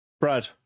Brad